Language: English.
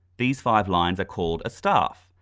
these five lines are called a staff,